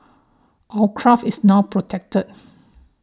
our craft is now protected